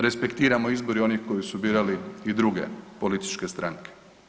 Respektiramo i izbor onih koji su birali i druge političke stranke.